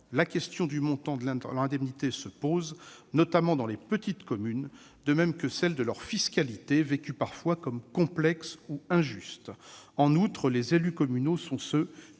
la question du montant de leurs indemnités se pose, notamment dans les petites communes, de même que celle de leur fiscalité, vécue parfois comme complexe ou injuste. En outre, les élus communaux, en